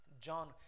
John